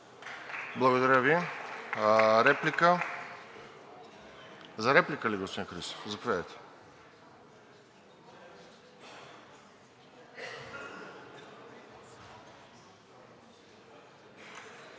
Благодаря Ви. Реплики? За реплика ли, господин Христов? Заповядайте.